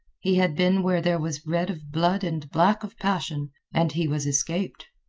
he had been where there was red of blood and black of passion, and he was escaped.